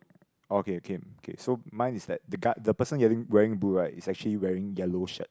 orh K K so mine is that the guy the person getting wearing the blue right is actually wearing yellow shirt